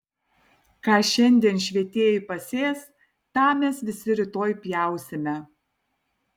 ką šiandien švietėjai pasės tą mes visi rytoj pjausime